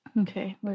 Okay